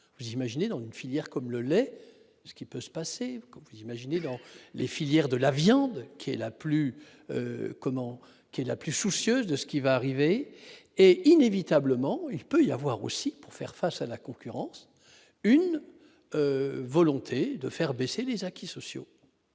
imaginez dans une filière comme le lait, ce qui peut se passer, imaginez dans les filières de la viande qui est la plus comment qui est la plus soucieuses de ce qui va arriver et, inévitablement, il peut y avoir aussi pour faire face à la concurrence, une volonté de faire baisser les acquis sociaux.